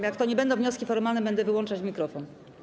Jak to nie będą wnioski formalne, będę wyłączać mikrofon.